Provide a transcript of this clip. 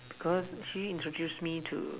cause she introduced me to